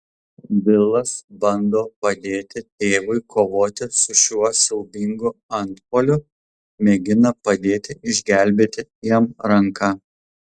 vilas bando padėti tėvui kovoti su šiuo siaubingu antpuoliu mėgina padėti išgelbėti jam ranką